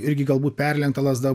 irgi galbūt perlenkta lazda